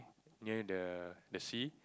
near the the sea